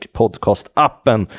podcastappen